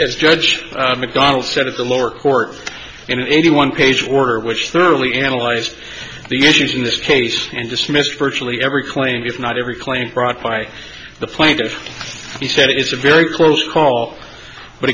as judge mcdonald said of the lower court in eighty one page order which thoroughly analyzed the issues in this case and dismissed virtually every claim if not every claim brought by the plaintiff he said it is a very close call but